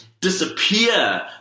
disappear